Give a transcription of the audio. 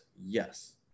Yes